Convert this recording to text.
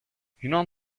yunan